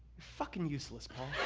fucking useless, paul.